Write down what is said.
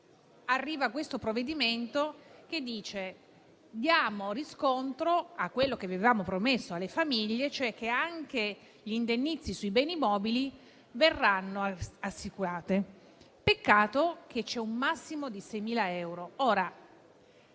arriva questo provvedimento, che dice: diamo riscontro a quello che avevamo promesso alle famiglie, cioè che anche gli indennizzi sui beni mobili verranno assicurati. Peccato che c'è un massimo di 6.000 euro.